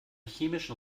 chemischen